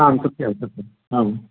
आं सत्यं सत्यम् आम्